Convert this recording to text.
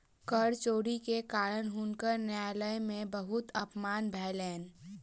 कर चोरी के कारण हुनकर न्यायालय में बहुत अपमान भेलैन